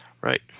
Right